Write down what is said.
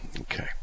Okay